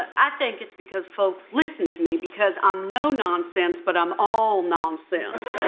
i think it's because folks listen to me because i'm no nonsense but i'm all nonsense.